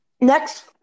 Next